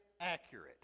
accurate